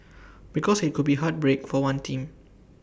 because IT could be heartbreak for one team